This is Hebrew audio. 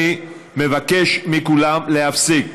אני מבקש מכולם להפסיק.